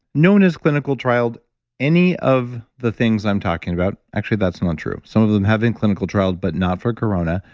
no one has clinical trialed any of the things i'm talking about. actually, that's not true. some of them have and clinical trialed, but not for corona.